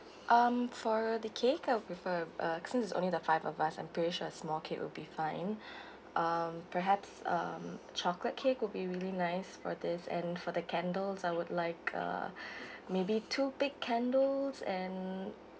um for the cake I would prefer uh since it's only the five of us I'm pretty sure a small cake will be fine um perhaps um chocolate cake would be really nice for this and for the candles I would like uh maybe two big candles and